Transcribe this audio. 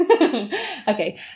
Okay